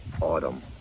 autumn